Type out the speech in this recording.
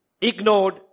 ignored